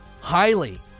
highly